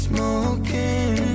Smoking